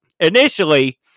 Initially